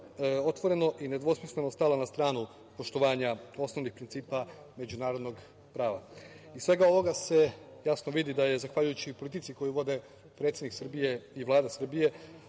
otvoreno i nedvosmisleno stala na stranu poštovanja osnovnih principa međunarodnog prava. Iz svega ovoga se jasno vidi da je zahvaljujući politici koju vode predsednik Srbije i Vlada Srbije,